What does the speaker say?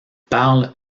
parlent